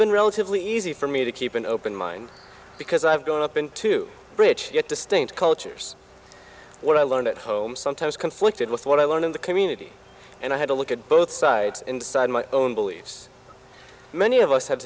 been relatively easy for me to keep an open mind because i've gone up into bridge distinct cultures what i learned at home sometimes conflicted with what i learned in the community and i had a look at both sides inside my own beliefs many of us ha